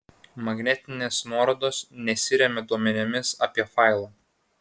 magnetinės nuorodos nesiremia duomenimis apie failą